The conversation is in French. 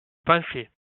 penser